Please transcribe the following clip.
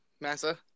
Massa